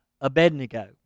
Abednego